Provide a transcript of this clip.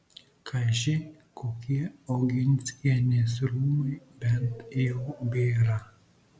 kaži kokie oginskienės rūmai bent jau bėra